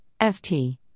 ft